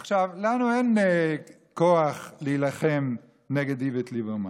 עכשיו, לנו אין כוח להילחם נגד איווט ליברמן,